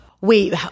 Wait